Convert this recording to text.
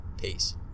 Peace